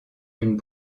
une